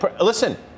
Listen